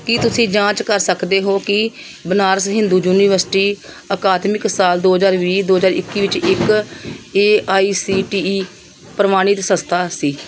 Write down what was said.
ਕੀ ਤੁਸੀਂ ਜਾਂਚ ਕਰ ਸਕਦੇ ਹੋ ਕਿ ਬਨਾਰਸ ਹਿੰਦੂ ਯੂਨੀਵਰਸਿਟੀ ਅਕਾਦਮਿਕ ਸਾਲ ਦੋ ਹਜ਼ਾਰ ਵੀਹ ਦੋ ਹਜ਼ਾਰ ਇੱਕੀ ਵਿੱਚ ਇੱਕ A I C T E ਪ੍ਰਵਾਨਿਤ ਸੰਸਥਾ ਸੀ